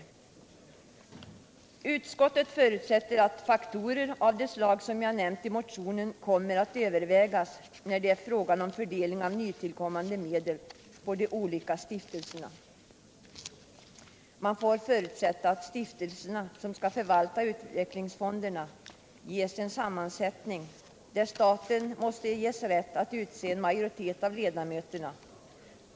Utskottet förutsätter att faktorer av det slag som jag nämnt i motionen kommer att övervägas när det är fråga om fördelning av nytillkommande medel på de olika stiftelserna. Man får förutsätta att stiftelserna, som skall förvalta utvecklingsfonderna, ges en sammansättning där staten måste ges rätt att utse en majoritet av ledamöterna.